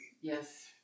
Yes